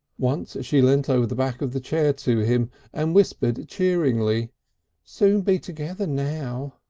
once she leant over the back of the chair to him and whispered cheeringly soon be together now.